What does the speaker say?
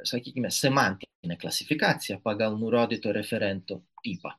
sakykime semantinė klasifikacija pagal nurodytų referentų tipą